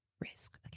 risk